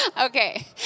Okay